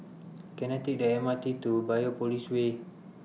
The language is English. Can I Take The M R T to Biopolis Way